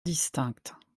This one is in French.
distincts